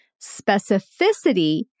Specificity